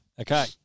Okay